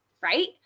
right